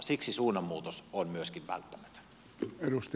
siksi suunnanmuutos on myöskin välttämätön